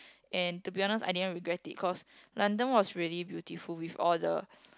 and to be honest I didn't regret it cause London was really beautiful with all the